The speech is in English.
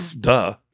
duh